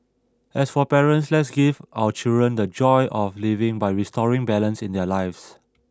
as for parents let's give our children the joy of living by restoring balance in their lives